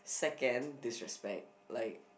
second disrespect like